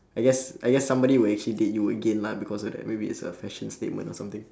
I guess I guess somebody would actually date you again lah because of that way maybe is fashion statement or something